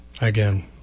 Again